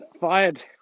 fired